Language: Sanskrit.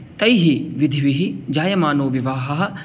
तं व्यापारं चिकीर्षता जनेन